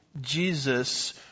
Jesus